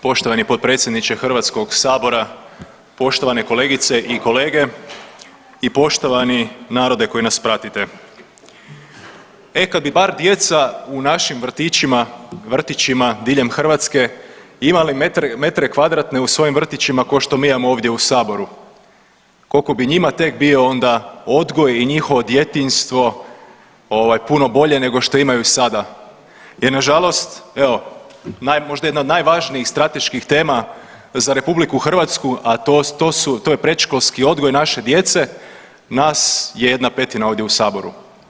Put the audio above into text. Poštovani potpredsjedniče Hrvatskog sabora, poštovane kolegice i kolege i poštovani narode koji nas pratite, e kad bi bar djeca u našim vrtićima diljem Hrvatske imale metre kvadratne u svojim vrtićima ko što mi imamo ovdje u saboru koliko bi njima tek bio onda odgoj i njihovo djetinjstvo ovaj puno bolje nego što imaju i sada jer nažalost evo možda jedna od najvažnijih strateških tema za RH, a to su, to je predškolski odgoj naše djece, nas je 1/5 ovdje u saboru.